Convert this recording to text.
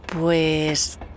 Pues